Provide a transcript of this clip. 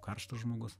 karštas žmogus